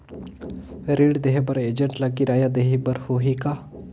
ऋण देहे बर एजेंट ला किराया देही बर होही का?